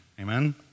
amen